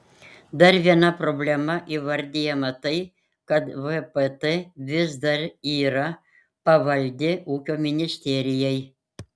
dar viena problema įvardijama tai kad vpt vis dar yra pavaldi ūkio ministerijai